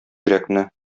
йөрәкне